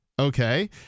okay